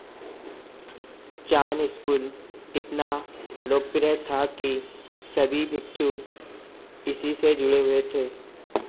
चान school इतना लोकप्रिय था कि सभी भिक्षु इसी से जुड़े हुए थे